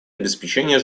обеспечение